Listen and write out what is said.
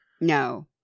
No